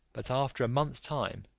but after a month's time,